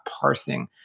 parsing